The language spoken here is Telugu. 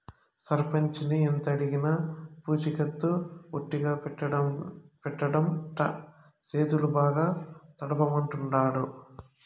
సర్పంచిని ఎంతడిగినా పూచికత్తు ఒట్టిగా పెట్టడంట, చేతులు బాగా తడపమంటాండాడు